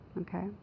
Okay